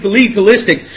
legalistic